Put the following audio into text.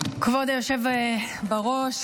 כבוד היושב בראש,